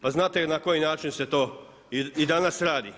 Pa znate na koji način se to i danas radi?